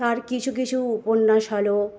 আর কিছু কিছু উপন্যাস হলো